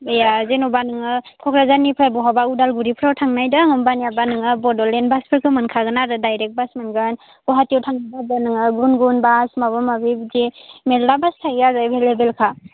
जेनेबा नोङो क'क्राझारनिफ्राय बहाबा उदालगुरिफ्राव थांनाय दं होनबानिया नोङो बड'लेण्ड बासफोरखो मोनखागोन आरो दायरेक्त बास मोनगोन गुवाहाटीयाव थांनोबाबो नोङो गुन गुन बास माबा माबि बिदि मेरला बास थायो आरो एभेललेबेलखा